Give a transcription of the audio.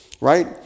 right